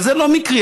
אבל זה לא מקרי.